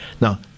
Now